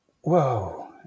whoa